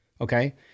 Okay